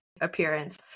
appearance